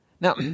Now